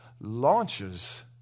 launches